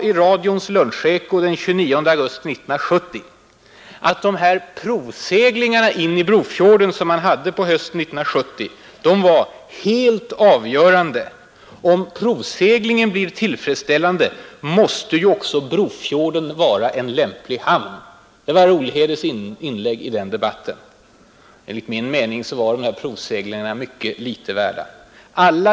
I radions luncheko den 29 augusti 1970 sade han att de provseglingar in i Brofjorden som man gjorde på hösten 1970 var ”helt avgörande”. Om Nr 122 den blir tillfredsställande, ”måste ju också Brofjorden vara en lämplig hamn”. Det var herr Olhedes inlägg i den debatten. Enligt min mening var de där provseglingarna mycket litet värda. Alla .